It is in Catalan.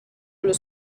los